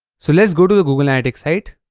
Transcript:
so, let's go to the google analytics site